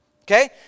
Okay